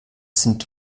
sind